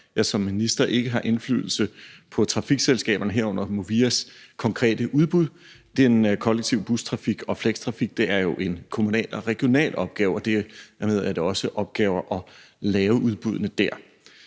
jeg som minister ikke har indflydelse på trafikselskaberne, herunder Movias konkrete udbud. Den kollektive bustrafik og Flextrafik er jo en kommunal og regional opgave, og dermed er det også en opgave at lave udbuddene dér.